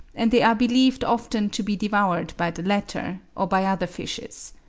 and they are believed often to be devoured by the latter, or by other fishes.